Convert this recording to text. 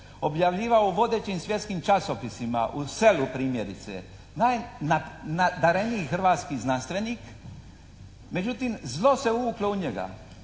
objavljivao u vodećim svjetskim časopisima u …/Govornik se ne razumije./… primjerice. Najnadareniji hrvatski znanstvenik, međutim zlo se uvuklo u njega.